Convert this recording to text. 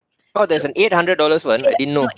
oh there's an eight hundred dollars one I didn't know